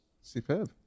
superb